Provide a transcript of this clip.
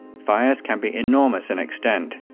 fires can be enormous in extent.